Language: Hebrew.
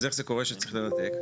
אז איך זה קורה שצריך לנתק?